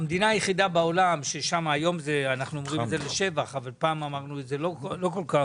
פעם אמרנו את זה לשבח והיום לא כל-כך